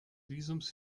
visums